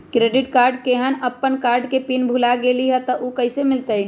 Credit card केहन अपन card के पिन भुला गेलि ह त उ कईसे मिलत?